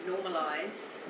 normalized